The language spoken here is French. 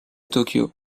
tokyo